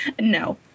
no